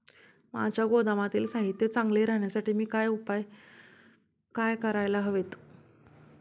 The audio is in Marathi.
माझ्या गोदामातील साहित्य चांगले राहण्यासाठी मी काय उपाय काय करायला हवेत?